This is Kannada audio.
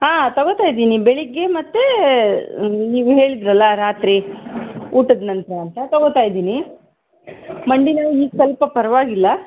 ಹಾಂ ತೊಗೊತಾ ಇದ್ದೀನಿ ಬೆಳಿಗ್ಗೆ ಮತ್ತು ನೀವು ನೀವು ಹೇಳಿದ್ರಲ್ಲ ರಾತ್ರಿ ಊಟದ ನಂತರ ಅಂತ ತೊಗೊತಾ ಇದ್ದೀನಿ ಮಂಡಿ ನೋವು ಈಗ ಸ್ವಲ್ಪ ಪರವಾಗಿಲ್ಲ